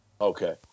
Okay